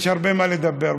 יש הרבה מה לדבר.